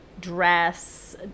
dress